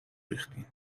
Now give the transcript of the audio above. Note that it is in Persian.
ریختین